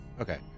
Okay